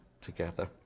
together